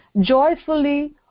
joyfully